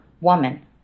woman